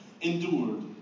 endured